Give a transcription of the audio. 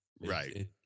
right